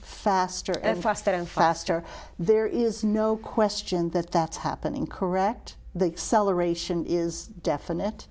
faster and faster and faster there is no question that that's happening correct the celebration is definite